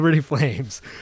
flames